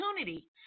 opportunity